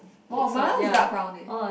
oh my one is dark brown eh